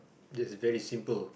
there's a very simple